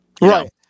Right